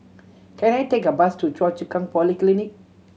can I take a bus to Choa Chu Kang Polyclinic